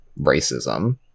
racism